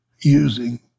using